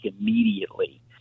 immediately